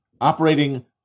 operating